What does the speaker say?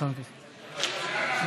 חוק הרשות השנייה לטלוויזיה ורדיו (תיקון מס' 43),